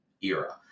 era